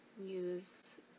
Use